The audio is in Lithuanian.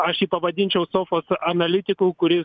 aš jį pavadinčiau sofos analitiku kuris